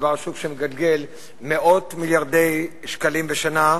מדובר על שוק שמגלגל מאות מיליארדי שקלים בשנה.